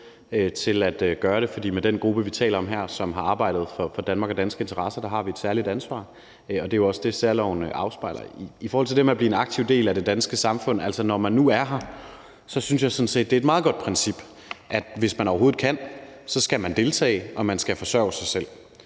til at gøre det, fordi vi med den gruppe, vi taler om her, som har arbejdet for Danmark og danske interesser, har et særligt ansvar. Det er jo også det, særloven afspejler. I forhold til det med at blive en aktiv del af det danske samfund vil jeg sige, at når man nu er her, synes jeg sådan set, det er et meget godt princip, at hvis man overhovedet kan, skal man deltage og forsørge sig selv.